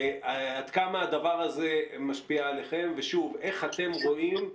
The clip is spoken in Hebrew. עד כמה הדבר הזה משפיע עליכם ואיך אתם רואים,